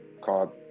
called